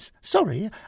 Sorry